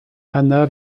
anna